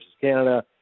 Canada